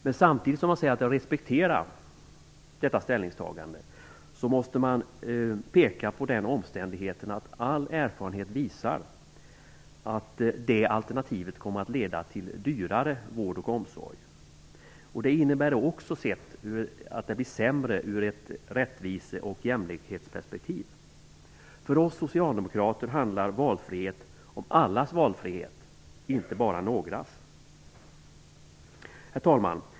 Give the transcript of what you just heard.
Men samtidigt som jag säger att jag respekterar detta ställningstagande är det nödvändigt att peka på den omständigheten att all erfarenhet visar att nämnda alternativ kommer att leda till dyrare vård och omsorg. Det innebär också att det blir sämre ur ett rättvise och jämlikhetsperspektiv. För oss socialdemokrater handlar valfrihet om valfrihet för alla, inte bara för några.